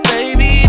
Baby